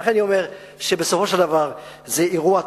לכן אני אומר, בסופו של דבר זה אירוע טוב.